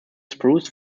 spruce